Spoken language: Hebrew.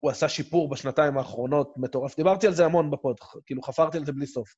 הוא עשה שיפור בשנתיים האחרונות מטורף. דיברתי על זה המון בפודק, כאילו חפרתי על זה בלי סוף.